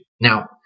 Now